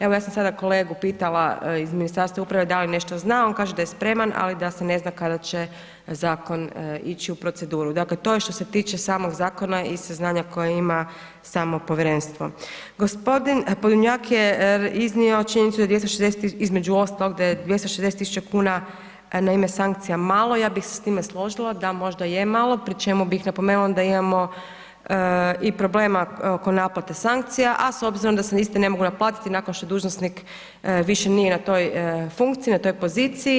Evo, ja sam sada kolegu pitala iz Ministarstva uprave da li nešto zna, on kaže da je spreman, ali da se ne zna kada će zakon ići u proceduru, dakle, to je što se tiče samog zakona i saznanja koje ima samo povjerenstvo. g. Podolnjak je iznio činjenicu, između ostalog, da je 260.000,00 kn na ime sankcija malo, ja bih se s time složila da možda je malo, pri čemu bih napomenula da imamo i problema oko naplate sankcija, a s obzirom da se iste ne mogu naplatiti nakon što dužnosnik više nije na toj funkciji, na toj poziciji.